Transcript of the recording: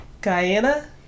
Guyana